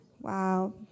Wow